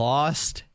Lost